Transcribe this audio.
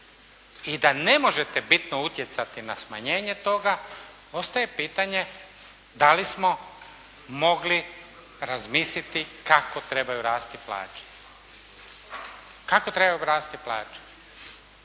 i da ne možete bitno utjecati na smanjenje toga ostaje pitanje da li smo mogli razmisliti kako trebaju rasti plaće? Kako trebaju rasti plaće?